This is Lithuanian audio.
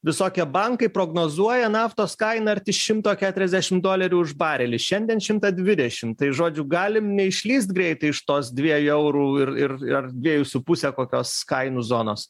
visokie bankai prognozuoja naftos kaina arti šimto keturiasdešim dolerių už barelį šiandien šimtą dvidešim tai žodžiu galime neišlįst greitai iš tos dviejų eurų ir ir ar dviejų su puse kokios kainų zonos